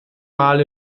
mal